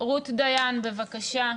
רות דיין, בבקשה.